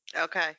Okay